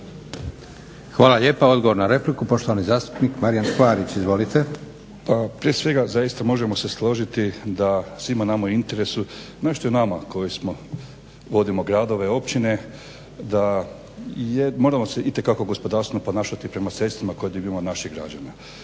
Hvala lijepa. Odgovor na repliku, poštovani zastupnik Marijan Škvarić. Izvolite. **Škvorc, Milivoj (HDZ)** Pa prije svega zaista možemo se složiti da svima je nama u interesu, ne što je nama koji vodimo gradove i općine da moramo se itekako gospodarski ponašati prema sredstvima koje dobivamo od naših građana.